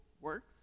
works